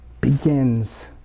Begins